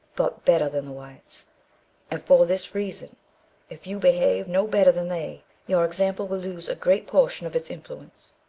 but better than the whites and for this reason if you behave no better than they, your example will lose a great portion of its influence.